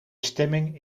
stemming